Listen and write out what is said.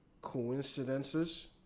coincidences